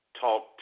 Talk